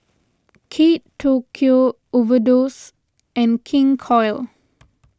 Kate Tokyo Overdose and King Koil